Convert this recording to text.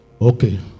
okay